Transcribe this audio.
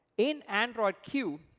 in android q,